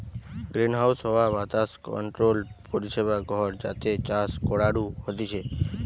greenhouse হাওয়া বাতাস controlled পরিবেশ ঘর যাতে চাষ করাঢু হতিছে